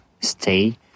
stay